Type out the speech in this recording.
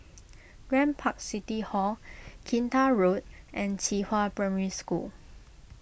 Grand Park City Hall Kinta Road and Qihua Primary School